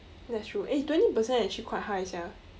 that's true eh twenty percent actually quite high sia